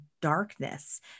darkness